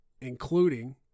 including